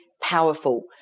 powerful